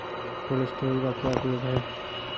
Cold storage का क्या उपयोग है?